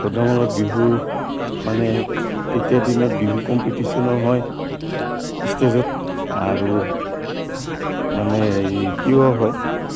বিহুৰ মানে তেতিয়া দিনত বিহু কম্পিটিচনো হয় ইষ্টেজত আৰু মানে কিয় হয়